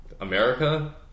America